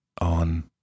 on